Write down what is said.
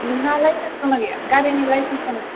नोंहा लाइसेन्स दं ना गैया गारिनि लाइसेन्स दं ना गैया